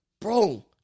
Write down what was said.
Bro